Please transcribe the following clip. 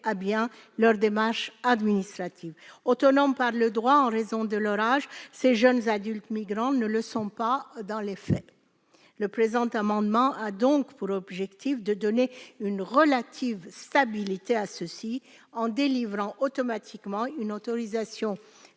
bien leurs démarches administratives. Autonomes par le droit, en raison de leur âge, ces jeunes adultes migrants ne le sont pas dans les faits. Le présent amendement a pour objet de leur offrir une relative stabilité en délivrant automatiquement une autorisation